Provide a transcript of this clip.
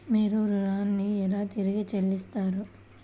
మీరు ఋణాన్ని ఎలా తిరిగి చెల్లిస్తారు?